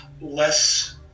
less